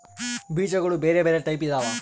ಬೀಜಗುಳ ಬೆರೆ ಬೆರೆ ಟೈಪಿದವ